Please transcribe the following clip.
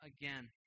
again